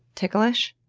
ticklish.